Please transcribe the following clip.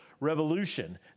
Revolution